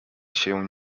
się